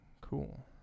Cool